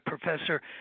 Professor